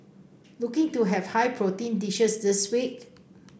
looking to have high protein dishes this week